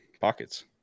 pockets